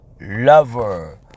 lover